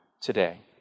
today